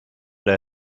der